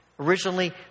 Originally